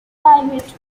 pivot